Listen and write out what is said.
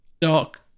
doc